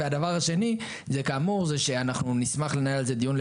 והדבר השני, שאנחנו נשמח לנהל על זה דיון.